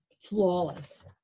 flawless